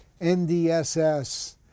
NDSS